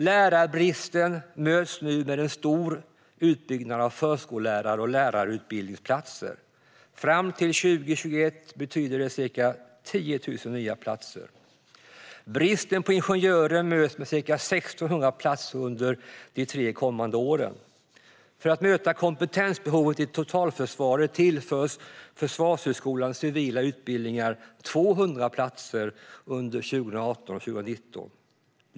Lärarbristen möts nu med en stor utbyggnad av förskollärar och lärarutbildningsplatser. Fram till 2021 betyder det ca 10 000 nya platser. Bristen på ingenjörer möts med ca 1 600 platser under de tre kommande åren. För att möta kompetensbehovet i totalförsvaret tillförs Försvarshögskolans civila utbildningar 200 platser under 2018 och 2019.